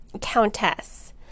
countess